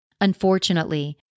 Unfortunately